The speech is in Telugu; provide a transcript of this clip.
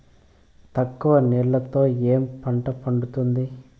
తక్కువ నీళ్లతో ఏ పంట పండుతుంది?